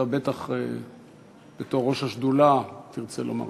אתה בטח, בתור ראש השדולה, תרצה לומר דברים.